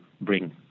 bring